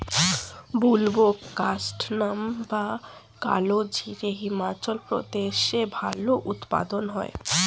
বুলবোকাস্ট্যানাম বা কালোজিরা হিমাচল প্রদেশে ভালো উৎপাদন হয়